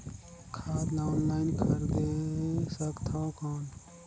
खाद ला ऑनलाइन खरीदे सकथव कौन?